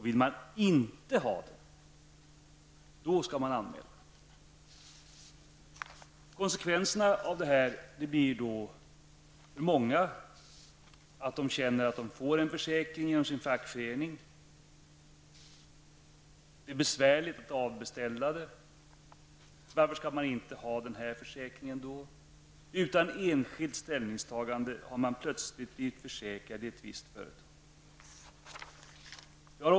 Vill man inte ha försäkringen skall det sändas in en anmälan. Konsekvenserna av det här blir då att många konstaterar att de får en försäkring genom sin fackförening. Det är besvärligt att avbeställa, varför skall man inte ha försäkringen? Utan enskilt ställningstagande har man plötsligt blivit försäkrad i ett visst företag.